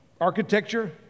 architecture